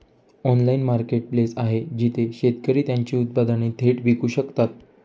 Online marketplace आहे जिथे शेतकरी त्यांची उत्पादने थेट विकू शकतात?